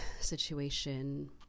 situation